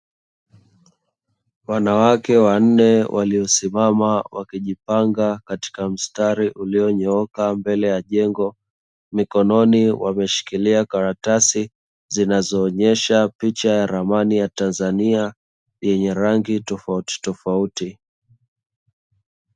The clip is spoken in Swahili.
Wanawake wanne waliosimama wakijipanga katika mstari ulionyooka mbele ya jengo; mikononi wameshikilia karatasi zinazoonyesha picha ya ramani ya Tanzania yenye rangi tofautitofauti.